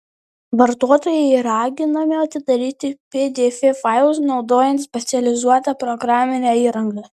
vartotojai raginami atidaryti pdf failus naudojant specializuotą programinę įrangą